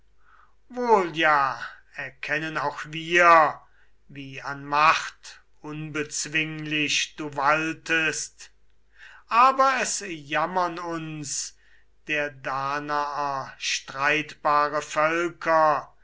wohl ja erkennen auch wir wie an macht unbezwinglich du waltest aber es jammern uns der danaer streitbare völker